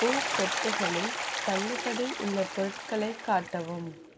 பூக்கொத்துகளில் தள்ளுபடி உள்ள பொருட்களை காட்டவும்